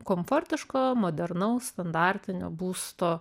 komfortiško modernaus standartinio būsto